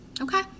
Okay